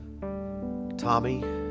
Tommy